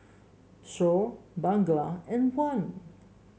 Shoaib Bunga and Wan